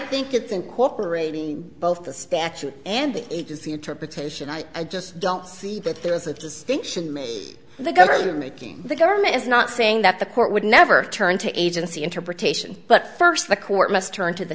think it's incorporating both the statute and the it is the interpretation i just don't see that there is a distinction made the government making the government is not saying that the court would never turn to agency interpretation but first the court must turn to the